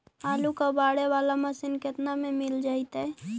आलू कबाड़े बाला मशीन केतना में मिल जइतै?